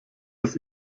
das